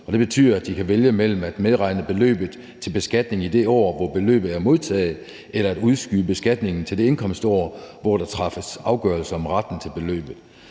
det betyder, at de kan vælge mellem at medregne beløbet til beskatning i det år, hvor beløbet er modtaget, eller at udskyde beskatningen til det indkomstår, hvor der træffes afgørelse om retten til beløbet.